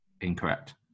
Incorrect